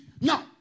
Now